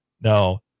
no